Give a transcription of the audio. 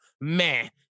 man